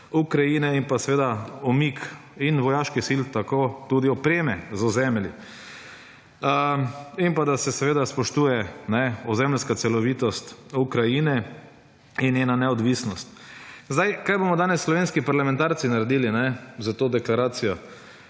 in umik in vojaških sil tako tudi opreme z / nerazumljivo/ in pa da se spoštuje ozemeljska celovitost Ukrajine in njena neodvisnost. Kaj bomo danes slovenski parlamentarci naredili s to deklaracijo?